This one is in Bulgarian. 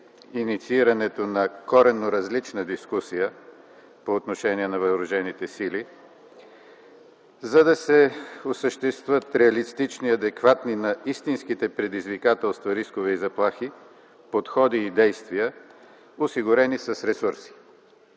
инициирането на коренно различна дискусия по отношение на Въоръжените сили, за да се осъществят реалистични, адекватни на истинските предизвикателства рискове, заплахи, подходи и действия, осигурени с ресурс.